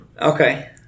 Okay